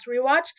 rewatch